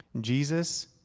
Jesus